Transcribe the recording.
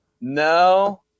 No